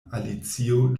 alicio